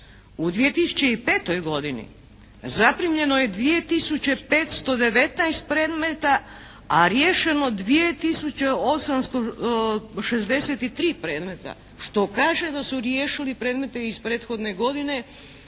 U 2005. godini zaprimljeno je 2 tisuće 519 predmeta, a riješeno 2 tisuće 863 predmeta što kaže da su riješili predmete iz prethodne godine